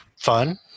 fun